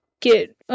get